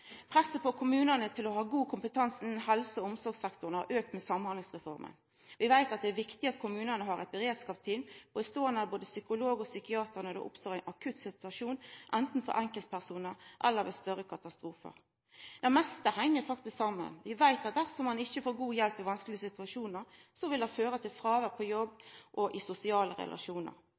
Presset på kommunane til å ha god kompetanse innan helse- og omsorgssektoren har auka med Samhandlingsreforma. Vi veit at det er viktig at kommunane har eit beredskapsteam som består av både psykolog og psykiater når det oppstår ein akutt situasjon, anten det gjeld enkeltpersonar eller ved større katastrofar. Det meste heng faktisk saman. Vi veit at dersom ein ikkje får god hjelp i vanskelege situasjonar, vil det føra til fråvær på jobb og i sosiale